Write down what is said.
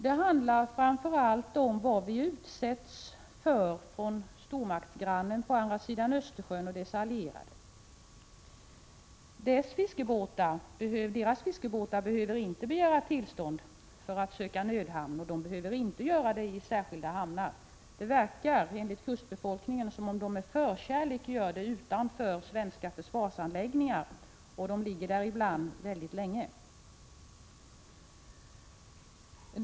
Det handlar framför allt om vad vi utsätts för från stormaktsgrannen och dess allierade på andra sidan Östersjön. Deras fiskefartyg behöver inte begära tillstånd för att söka nödhamn, och de behöver inte heller tänka på att göra det i särskilda hamnar. Det verkar enligt kustbefolkningen som om de har förkärlek för att göra detta utanför svenska försvarsanläggningar. De ligger där ibland väldigt länge.